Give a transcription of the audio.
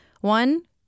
One